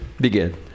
Begin